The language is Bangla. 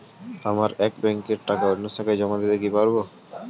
আমার এক ব্যাঙ্কের টাকা অন্য শাখায় জমা দিতে পারব কি?